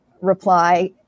reply